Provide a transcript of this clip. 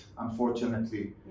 Unfortunately